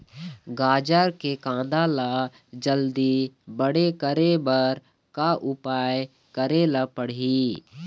गाजर के कांदा ला जल्दी बड़े करे बर का उपाय करेला पढ़िही?